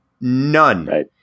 none